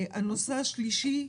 הנושא השלישי,